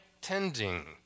tending